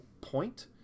point